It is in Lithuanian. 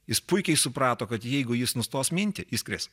jis puikiai suprato kad jeigu jis nustos minti jis kris